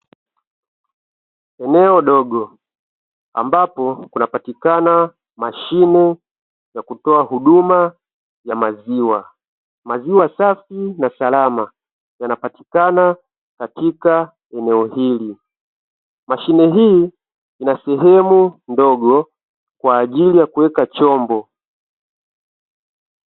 Eneo dogo ambapo kunapatikana mashine ya kutoa huduma ya maziwa, maziwa safi na salama yanapatikana katika eneo hili. Mashine hii ina sehemu ndogo kwa ajili ya kuweka chombo.